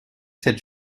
cette